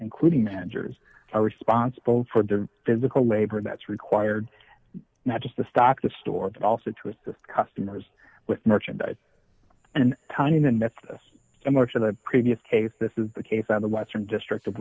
including managers are responsible for their physical labor that's required not just the stock the store but also to assist customers with merchandise and time in the nets similar to the previous case this is the case of the western district of